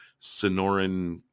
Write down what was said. Sonoran